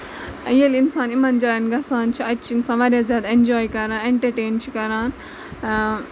ییٚلہِ اِنسان یِمن جاین گژھان چھُ اَتہِ چھُ اِنسان واریاہ زیادٕ اینجاے کران اینٹرٹین چھُ کران